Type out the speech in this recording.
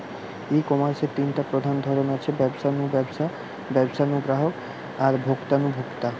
ই কমার্সের তিনটা প্রধান ধরন আছে, ব্যবসা নু ব্যবসা, ব্যবসা নু গ্রাহক আর ভোক্তা নু ভোক্তা